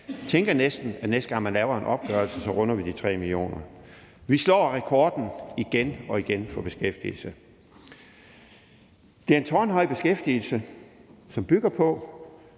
at næste gang man laver en opgørelse, runder vi de 3 millioner. Vi slår rekorden for beskæftigelse igen og igen. Det er en tårnhøj beskæftigelse, som bygger på,